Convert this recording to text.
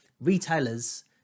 retailers